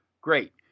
Great